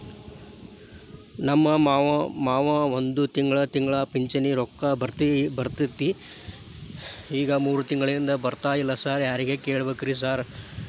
ನಮ್ ಮಾವಂದು ತಿಂಗಳಾ ತಿಂಗಳಾ ಪಿಂಚಿಣಿ ರೊಕ್ಕ ಬರ್ತಿತ್ರಿ ಈಗ ಮೂರ್ ತಿಂಗ್ಳನಿಂದ ಬರ್ತಾ ಇಲ್ಲ ಸಾರ್ ಯಾರಿಗ್ ಕೇಳ್ಬೇಕ್ರಿ ಸಾರ್?